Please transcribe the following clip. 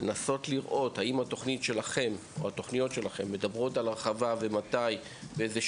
לראות אם התוכניות שלכם מדברות על הרחבה ולוח-זמנים,